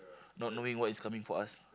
not knowing what is coming for us